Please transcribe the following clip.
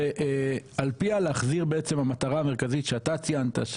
ועל פיה להחזיר בעצם המטרה המרכזית שאתה ציינת,